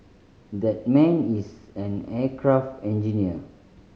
that man is an aircraft engineer